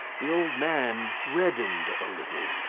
the old man reddened a little.